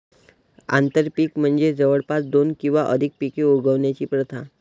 आंतरपीक म्हणजे जवळपास दोन किंवा अधिक पिके उगवण्याची प्रथा